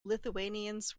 lithuanians